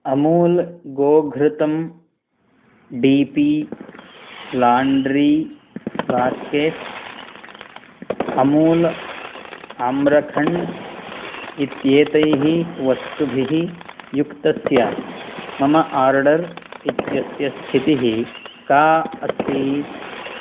अमुल् गोघृतं D P laundry basket Amul Amrakhand इत्येतैः वस्तुभिः युक्तस्य मम आर्डर् इत्यस्य स्थितिः का अस्ति